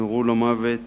נורו למוות